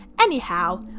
Anyhow